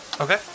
Okay